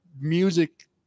music